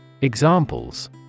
Examples